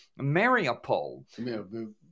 Mariupol